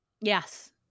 Yes